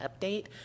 update